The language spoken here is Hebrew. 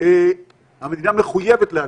המדינה מחויבת להקים.